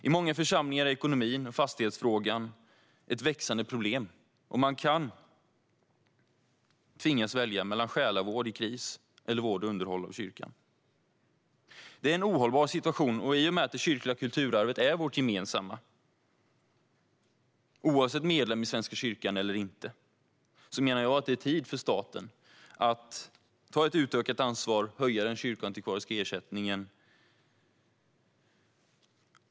I många församlingar är ekonomin och fastighetsfrågan ett växande problem, och man kan tvingas välja mellan själavård i kris eller vård och underhåll av kyrkan. Det är en ohållbar situation. I och med att det kyrkliga kulturarvet är gemensamt för oss, oavsett om man är medlem i Svenska kyrkan eller inte, menar jag att det är tid för staten att ta ett utökat ansvar och höja den kyrkoantikvariska ersättningen.